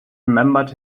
remembered